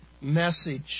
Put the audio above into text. message